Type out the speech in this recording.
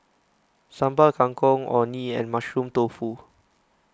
Sambal Kangkong Orh Nee and Mushroom Tofu